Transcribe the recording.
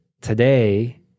Today